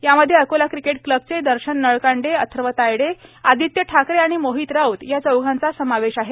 यामध्ये अकोला क्रिकेट क्लबचे दर्शन नळकांडे अथर्व तायडे आदित्य ठाकरे आणि मोहित राऊत या चौघांचा समावेश आहे